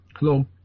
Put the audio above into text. Hello